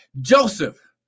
Joseph